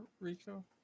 Rico